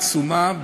עצומה,